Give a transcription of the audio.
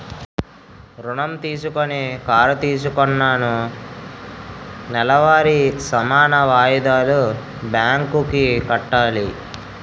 ఋణం తీసుకొని కారు కొన్నాను నెలవారీ సమాన వాయిదాలు బ్యాంకు కి కట్టాలి